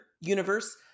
universe